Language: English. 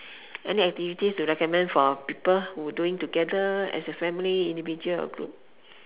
any activities to recommend to people who doing for individual family or group